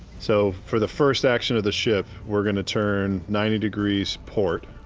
so for the first action of the ship, we're going to turn ninety degrees port.